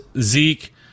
Zeke